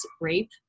rape